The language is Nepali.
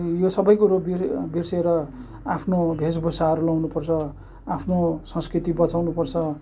यो सबै कुरो बिर्सिएर आफ्नो भेषभूषाहरू लगाउनु पर्छ आफ्नो संस्कृति बचाउनु पर्छ